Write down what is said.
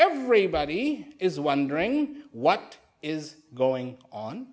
everybody is wondering what is going on